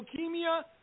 Leukemia